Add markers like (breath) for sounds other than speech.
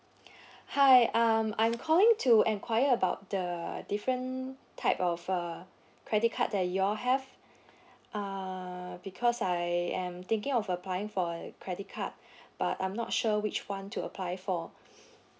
hi um I'm calling to enquire about the different type of uh credit card that you all have uh because I am thinking of applying for a credit card (breath) but I'm not sure which one to apply for